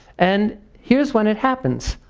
and here's when it happens,